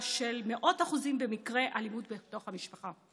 של מאות אחוזים במקרי אלימות בתוך המשפחה.